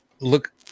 look